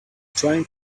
trying